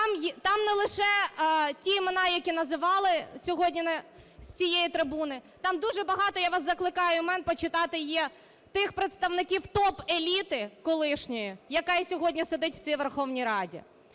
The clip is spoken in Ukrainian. Там не лише ті імена, які називали сьогодні з цієї трибуни, там дуже багато імен є (я вас закликаю почитати) тих представників топ-еліти колишньої, яка і сьогодні сидить в цій Верховній Раді.